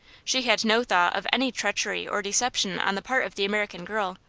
she had no thought of any treachery or deception on the part of the american girl,